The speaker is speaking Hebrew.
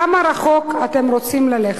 כמה רחוק אתם רוצים ללכת?